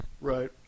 Right